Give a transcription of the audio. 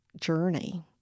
Journey